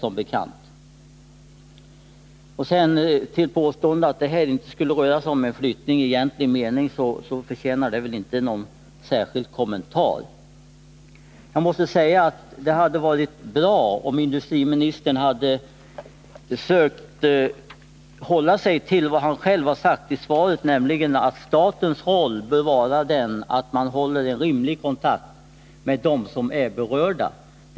Påståendet om att det i det aktuella fallet inte skulle röra sig om en flyttning i egentlig mening förtjänar inte någon särskild kommentar. Det hade varit bra om industriministern hållit fast vid det som han själv sagt i interpellationssvaret, nämligen att statens roll bör vara att hålla en rimlig kontakt med dem som är berörda.